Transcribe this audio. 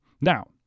Now